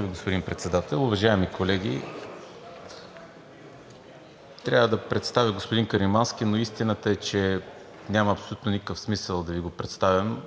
Ви, господин Председател. Уважаеми колеги, трябва да представя господин Каримански, но истината е, че няма абсолютно никакъв смисъл да Ви го представям,